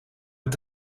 met